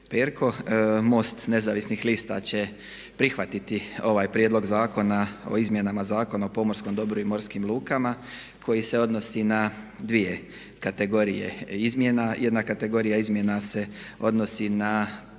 Perko. MOST Nezavisnih lista će prihvatiti ovaj Prijedlog zakona o izmjenama Zakona o pomorskom dobru i morskim lukama koji se odnosi na dvije kategorije izmjena. Jedna kategorija izmjena se odnosi na